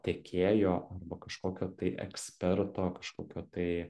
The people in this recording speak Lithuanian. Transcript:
tekėjo arba kažkokio tai eksperto kažkokio tai